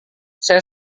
saya